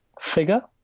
figure